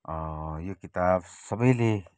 यो किताब सबैले